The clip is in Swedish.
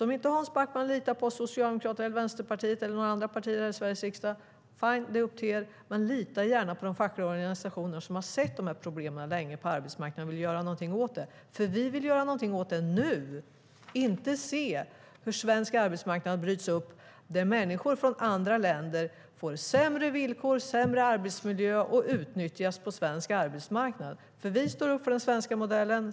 Om Hans Backman inte litar på Socialdemokraterna, Vänsterpartiet eller några andra partier här i Sveriges riksdag, fine, men lita gärna på de fackliga organisationerna som har sett de här problemen på arbetsmarknaden länge och vill göra något åt dem. Vi vill göra något åt detta nu - inte se hur svensk arbetsmarknad bryts upp, där människor från andra länder får sämre villkor, sämre arbetsmiljö och utnyttjas på svensk arbetsmarknad. Vi står upp för den svenska modellen.